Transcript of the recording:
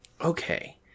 Okay